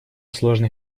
сложный